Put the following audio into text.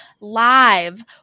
live